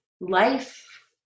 Life